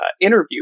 interview